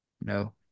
No